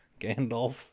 Gandalf